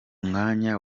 mwanya